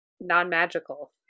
non-magical